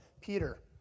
Peter